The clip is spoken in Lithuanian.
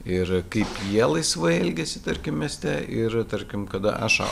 ir kaip jie laisvai elgiasi tarkim mieste ir tarkim kada aš